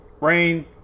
Rain